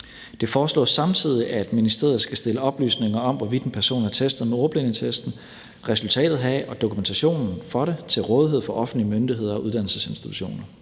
Det foreslås samtidig, at ministeriet skal stille oplysninger om, hvorvidt en person er testet med ordblindetesten, resultatet heraf og dokumentationen for det til rådighed for offentlige myndigheder og uddannelsesinstitutioner